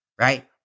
right